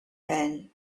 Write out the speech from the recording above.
hand